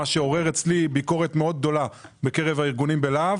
מה שעורר אצלי ביקורת מאוד גדולה בקרב הארגונים בלה"ב